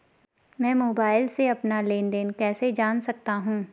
मैं मोबाइल से अपना लेन लेन देन कैसे जान सकता हूँ?